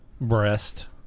breast